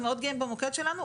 אנחנו מאוד גאים במוקד שלנו,